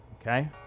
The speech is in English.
Okay